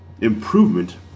improvement